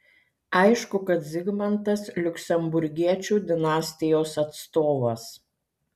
aišku kad zigmantas liuksemburgiečių dinastijos atstovas